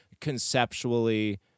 conceptually